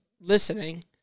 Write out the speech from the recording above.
listening